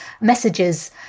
messages